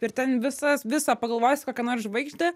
ir ten visas visą pagalvojus kokią nors žvaigždę